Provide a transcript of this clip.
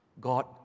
God